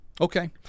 Okay